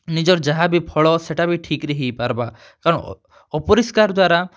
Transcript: ନିଜର୍ ଯାହା ବି ଫଳ ସେଟା ବି ଠିକ୍ ରେ ହେଇ ପାର୍ବା କାରଣ୍ ଅପରିଷ୍କାର୍ ଦ୍ଵାରା